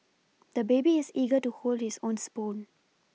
the baby is eager to hold his own spoon